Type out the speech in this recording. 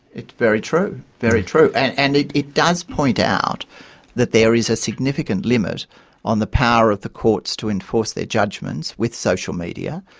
it's very true, very true, and and it it does point out that there is a significant limit on the power of the courts to enforce their judgments with social media,